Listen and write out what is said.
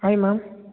hi ma'am